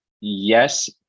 yes